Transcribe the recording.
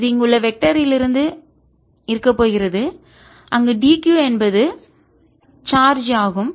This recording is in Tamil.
இது இங்குள்ள வெக்டர் லிருந்து இருக்கப் போகிறது அங்கு dq என்பது சார்ஜ் ஆகும்